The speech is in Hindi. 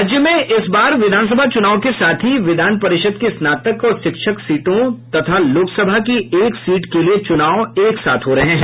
राज्य में इस बार विधानसभा चुनाव के साथ विधान परिषद के स्नातक और शिक्षक सीटों तथा लोकसभा चुनाव की एक सीट के लिये एक साथ हो रहे हैं